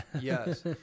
Yes